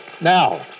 Now